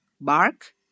bark